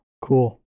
cool